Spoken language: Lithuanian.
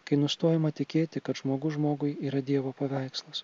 kai nustojama tikėti kad žmogus žmogui yra dievo paveikslas